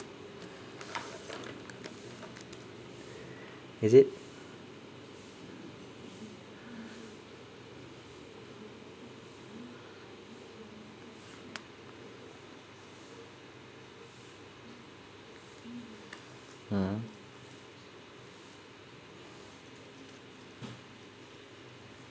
is it mm